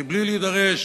מבלי להידרש,